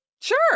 Sure